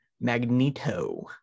Magneto